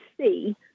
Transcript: see